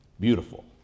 Beautiful